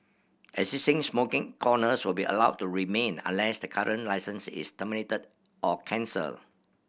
existing smoking corners will be allowed to remain unless the current licence is terminated or cancelled